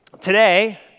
Today